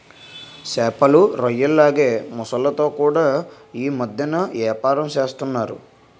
సేపలు, రొయ్యల్లాగే మొసల్లతో కూడా యీ మద్దెన ఏపారం సేస్తన్నారు